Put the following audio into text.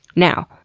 now,